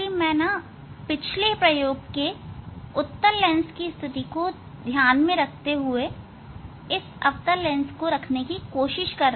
मैं पिछले प्रयोग के उत्तल लेंस की स्थिति को ध्यान में रखते हुए इस अवतल लेंस को स्थापित करने की कोशिश कर रहा था